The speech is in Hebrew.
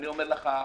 אני אומר לך,